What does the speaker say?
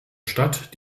stadt